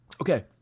Okay